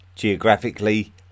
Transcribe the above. Geographically